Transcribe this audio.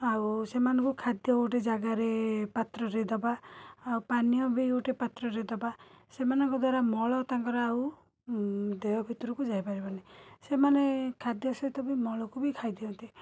ଆଉ ସେମାନଙ୍କ ଖାଦ୍ୟ ଗୋଟେ ଜାଗାରେ ପାତ୍ରରେ ଦବା ଆଉ ପାନୀୟ ବି ଗୋଟେ ପାତ୍ରରେ ଦବା ସେମାନଙ୍କ ଦ୍ୱାରା ମଳ ତାଙ୍କର ଆଉ ଉଁ ଦେହ ଭିତୁରୁକୁ ଯାଇପାରିବନି ସେମାନେ ଖାଦ୍ୟ ସହିତ ବି ମଳକୁ ବି ଖାଇଦିଅନ୍ତି